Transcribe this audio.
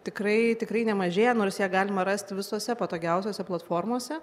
tikrai tikrai nemažėja nors ją galima rasti visose patogiausiose platformose